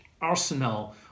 arsenal